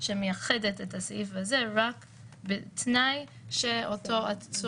שמתייחס ל-96 שעות שלא יובא לבית המשפט,